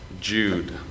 Jude